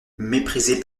méprisé